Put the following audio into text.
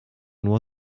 nur